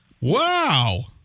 Wow